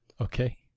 okay